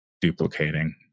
duplicating